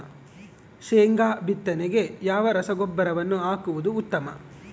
ಶೇಂಗಾ ಬಿತ್ತನೆಗೆ ಯಾವ ರಸಗೊಬ್ಬರವನ್ನು ಹಾಕುವುದು ಉತ್ತಮ?